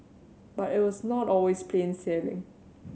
but it was not always plain sailing